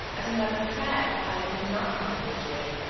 as a matter of fact, i did not come in this way.